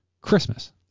Christmas